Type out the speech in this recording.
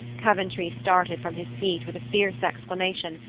coventry started from his seat with a fierce exclamation,